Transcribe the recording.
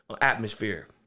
atmosphere